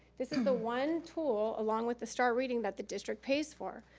this is the one tool, along with the star reading that the district pays for.